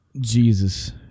Jesus